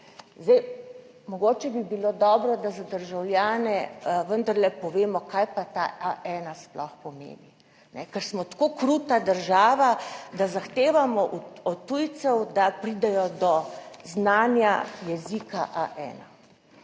znanju, mogoče bi bilo dobro, da za državljane vendarle povemo, kaj pa ta A1 sploh pomeni, ker smo tako kruta država, da zahtevamo od tujcev, da pridejo do znanja jezika A1.